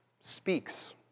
speaks